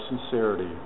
sincerity